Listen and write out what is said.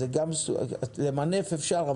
אז למנף אפשר,